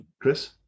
Chris